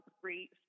great